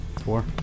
Four